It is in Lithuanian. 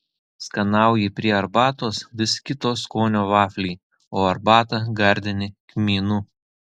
skanauji prie arbatos vis kito skonio vaflį o arbatą gardini kmynu